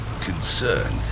concerned